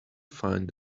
find